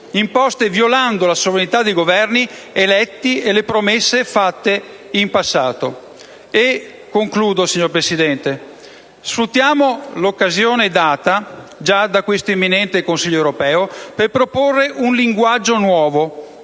imposte violando la sovranità dei Governi eletti e le promesse fatte in passato.